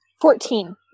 Fourteen